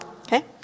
okay